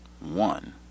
one